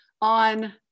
On